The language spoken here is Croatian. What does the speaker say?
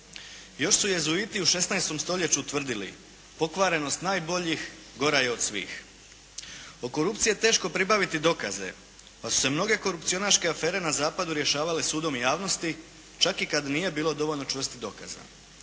Još su Jezuiti u 16. stoljeću tvrdili, pokvarenost najboljih gora je od svih. O korupciji je teško pribaviti dokaze pa su se mnoge korupcionaške afere na zapadu rješavale sudom javnosti čak i kada nije bilo dovoljno čvrstih dokaza.